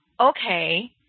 okay